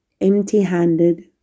empty-handed